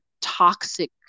toxic